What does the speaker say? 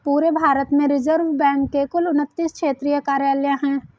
पूरे भारत में reserve bank के कुल उनत्तीस क्षेत्रीय कार्यालय हैं